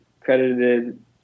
credited